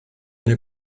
neu